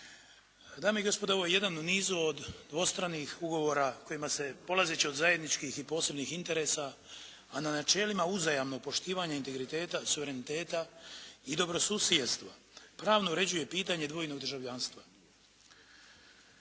Dame i gospodo ovo je jedan u nizu od dvostranih ugovora kojima se polazeći od zajedničkih i posebnih interesa, a na načelima uzajamnog poštivanja integriteta, suvereniteta i dobrosusjedstva pravno uređuje pitanje dvojnog državljanstva.